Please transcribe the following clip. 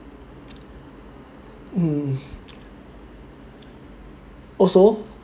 mm also